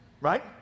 right